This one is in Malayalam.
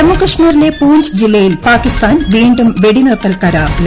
ജമ്മുകശ്മീരിലെ പൂഞ്ച് ജില്ലയിൽ പാകിസ്ഥാൻ വീ ും വെടിനിർത്തൽ കരാർ ലംഘിച്ചു